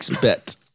bet